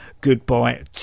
Goodbye